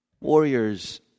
warriors